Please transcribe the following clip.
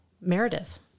meredith